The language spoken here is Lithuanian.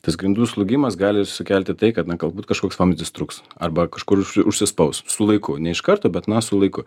tas grindų slūgimas gali sukelti tai kad na galbūt kažkoks vamzdis trūks arba kažkur užsispaus su laiku ne iš karto bet na su laiku